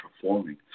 performing